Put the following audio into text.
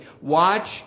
watch